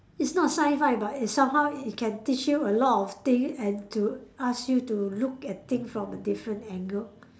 it's not sci-fi but it somehow it can teach you a lot of thing and to ask you to look at thing from a different angle